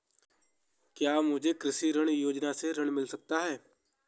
क्या मुझे कृषि ऋण योजना से ऋण मिल सकता है?